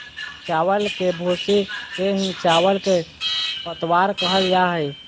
चावल के भूसी के ही चावल के पतवार कहल जा हई